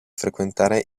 frequentare